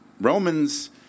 Romans